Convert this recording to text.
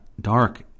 dark